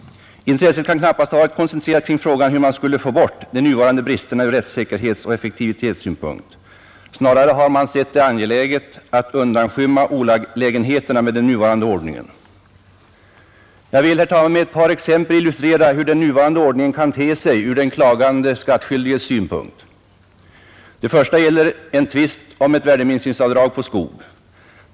Intresset kan knappast ha varit koncentrerat kring frågan hur man skulle få bort de nuvarande bristerna ur rättssäkerhetsoch effektivitetssynpunkt. Snarare har man sett det angeläget att undanskymma olägenheterna med den nuvarande ordningen. Jag vill, herr talman, med ett par exempel illustrera hur denna kan te sig ur den klagande skattskyldiges synpunkt. Det första gäller en tvist om ett värdeminskningsavdrag på skog.